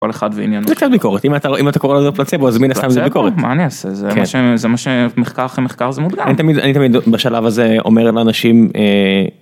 כל אחד בעניינים. כן כן ביקורת אם אתה קורא אם אתה קורא לזה פלצבו אז מן הסתם זה ביקורת. מה אני יעשה זה מה שמחקר אחרי מחקר זה מוגדר. אני תמיד אני תמיד בשלב הזה אומר לאנשים.